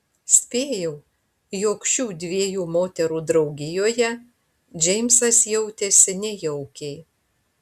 spėjau jog šių dviejų moterų draugijoje džeimsas jautėsi nejaukiai